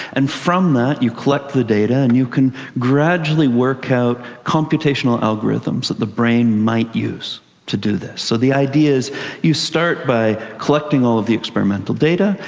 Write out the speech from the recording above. and from that you collect the data and you can gradually work out computational algorithms that the brain might use to do this. so the idea is you start by collecting all of the experimental data.